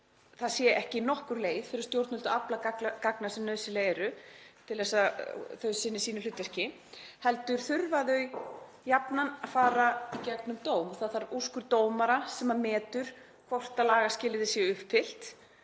það sé ekki nokkur leið fyrir stjórnvöld að afla gagna sem nauðsynleg eru til að þau sinni hlutverki sínu heldur þurfa þau jafnan að fara í gegnum dóm og það þarf úrskurð dómara sem metur hvort lagaskilyrði séu uppfyllt,